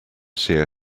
seer